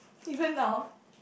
different lah [horh]